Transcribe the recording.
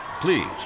Please